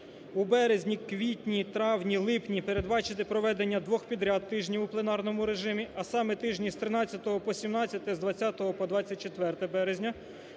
у березні, квітні, травні, липні передбачити проведення двох підряд тижнів у пленарному режимі, а саме тижні з 13 по 17, з 20 по 24 березня,